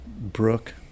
Brooke